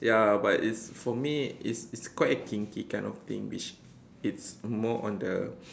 ya but it's for me it's it's quite a kinky kind of thing which it's more on the